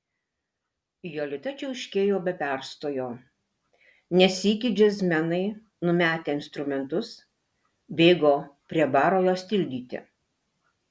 jolita čiauškėjo be perstojo ne sykį džiazmenai numetę instrumentus bėgo prie baro jos tildyti